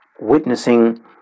witnessing